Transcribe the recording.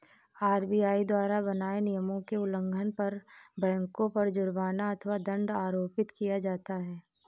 RBI द्वारा बनाए नियमों के उल्लंघन पर बैंकों पर जुर्माना अथवा दंड आरोपित किया जाता है